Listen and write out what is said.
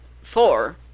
four